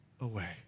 away